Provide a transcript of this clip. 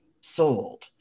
sold